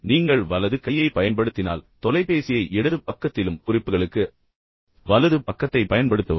நீங்கள் வலது கையை பயன்படுத்துபவராக இருந்தால் தொலைபேசியை இடது பக்கத்தில் வைக்கவும் குறிப்புகளுக்கு வலது பக்கத்தைப் பயன்படுத்தவும்